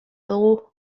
dugu